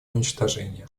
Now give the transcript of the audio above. уничтожение